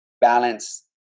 balance